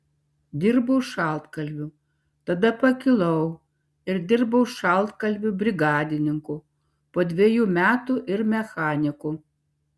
dirbau šaltkalviu tada pakilau ir dirbau šaltkalviu brigadininku po dviejų metų ir mechaniku